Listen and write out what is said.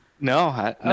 No